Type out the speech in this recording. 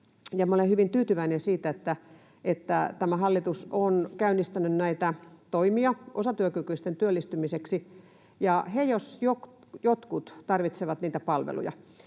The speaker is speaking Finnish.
olen hyvin tyytyväinen siihen, että tämä hallitus on käynnistänyt näitä toimia osatyökykyisten työllistymiseksi. He jos jotkut tarvitsevat niitä palveluja,